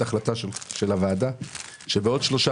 אני חושב שבמסגרת העברת הצו צריכה להיות החלטה של הוועדה שבעוד שלושה